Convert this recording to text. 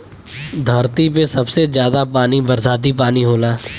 धरती पे सबसे जादा पानी बरसाती पानी होला